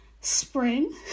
Spring